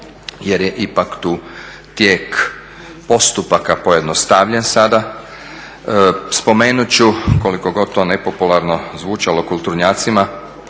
jer je ipak tu tijek postupaka pojednostavljen sada. Spomenut ću, koliko god to nepopularno zvučalo kulturnjacima,